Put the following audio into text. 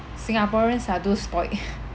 singaporeans are too spoilt